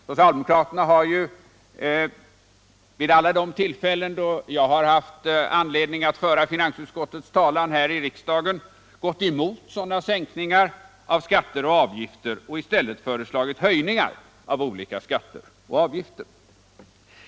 Socialdemokraterna har vid alta tillfällen som jag haft anledning att föra finansutskottets talan här i riksdagen gått emot en sänkning av olika skatter och avgifter och i stället föreslagit höjningar.